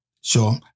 Sure